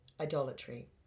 Idolatry